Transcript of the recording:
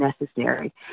necessary